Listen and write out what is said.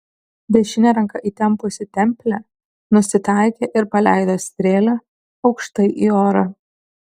dešine ranka įtempusi templę nusitaikė ir paleido strėlę aukštai į orą